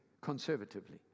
conservatively